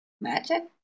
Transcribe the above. magic